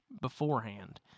beforehand